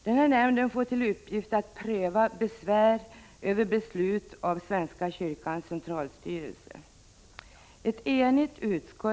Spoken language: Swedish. Denna nämnd får till uppgift att pröva besvär över beslut av svenska kyrkans centralstyrelse.